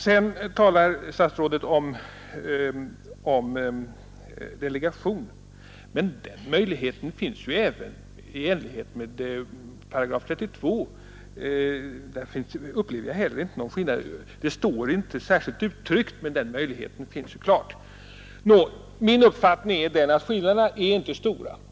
Statsrådet talar sedan om att delegera, men den möjligheten finns även i enlighet med § 32, även om det inte står särskilt uttryckt. Min uppfattning är att skillnaderna inte är stora.